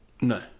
No